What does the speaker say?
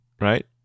Right